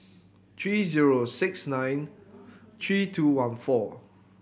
three zero six nine three two one four